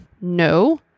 No